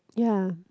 ya